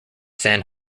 san